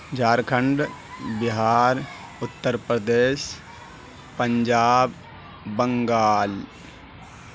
Jharkhand Bihar Uttar Pradesh Punjab Bengal